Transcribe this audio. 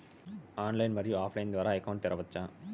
Online, మరియు offline line ద్వారా account తెరవచ్చా?